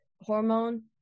hormone